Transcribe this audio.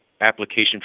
application